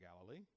Galilee